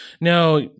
Now